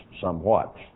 somewhat